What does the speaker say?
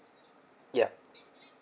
ya